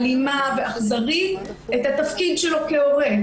אלימה ואכזרית את התפקיד שלו כהורה.